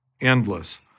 endless